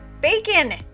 bacon